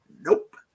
Nope